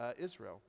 Israel